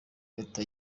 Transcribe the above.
leta